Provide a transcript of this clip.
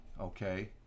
okay